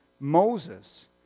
Moses